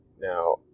Now